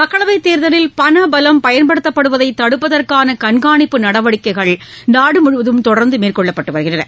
மக்களவைத் தேர்தலில் பணபலம் பயன்படுத்தப்படுவதை தடுப்பதற்கான கண்காணிப்பு நடவடிக்கைகள் நாடுமுழுவதும் தொடர்ந்து மேற்கொள்ளப்பட்டு வருகின்றன